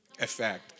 Effect